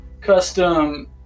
custom